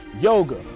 yoga